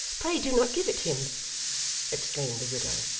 pray do not give it him exclaimed the widow.